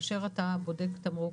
כאשר אתה בודק תמרוק,